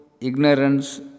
ignorance